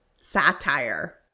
satire